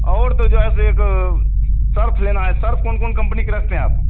और तो जो है सो एक सर्फ़ लेना है सर्फ कौन कौन कंपनी के रखते हैं आप